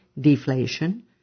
deflation